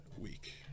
week